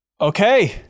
Okay